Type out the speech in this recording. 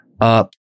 up